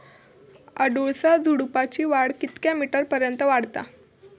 अडुळसा झुडूपाची वाढ कितक्या मीटर पर्यंत वाढता?